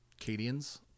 Cadians